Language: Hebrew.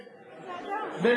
מפלגתי.